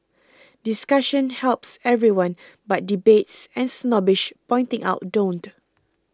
discussion helps everyone but debates and snobbish pointing out don't